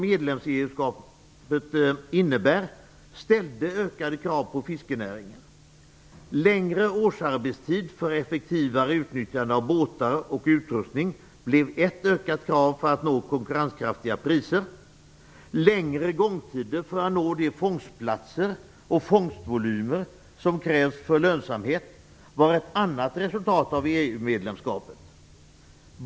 medlemskapet innebär ställde ökade krav på fiskenäringen. Längre årsarbetstid för ett effektivare utnyttjande av båtar och utrustning blev ett ökat krav för att nå konkurrenskraftiga priser. Längre gångtider för att nå de fångstplatser och fångstvolymer som krävs för lönsamhet var ett annat resultat av EU-medlemskapet.